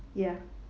ya